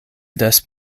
des